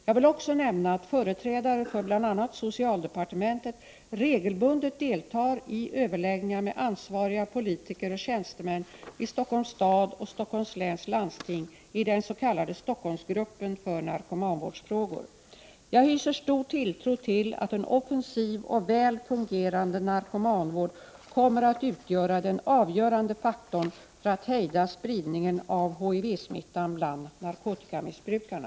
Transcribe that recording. Jag vill också nämna att företrädare för bl.a. socialdepartementet regelbundet deltar i överläggningar med ansvariga politiker och tjänstemän i Stockholms stad och Stockholms läns landsting i den s.k. Stockholmsgruppen för narkomanvårdsfrågor. Jag hyser stor tilltro till att en offensiv och väl fungerande narkomanvård kommer att utgöra den avgörande faktorn för att hejda spridningen av HIV-smittan bland narkotikamissbrukarna.